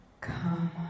Come